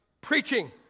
preaching